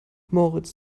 moritz